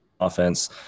offense